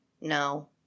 No